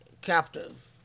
captive